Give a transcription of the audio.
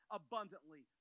abundantly